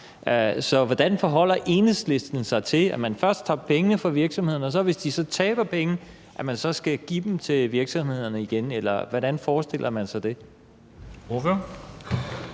hvordan forholder Enhedslisten sig til, at man først tager pengene fra virksomhederne, og at man så skal give dem til virksomhederne igen, hvis de taber penge?